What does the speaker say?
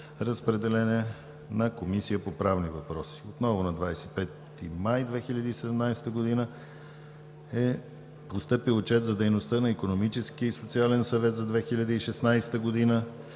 на Комисията по правни въпроси. На 25 май 2017 г. е постъпил Отчет за дейността на Икономическия и социален съвет за 2016 г.